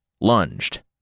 lunged